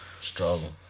Struggle